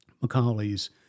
Macaulay's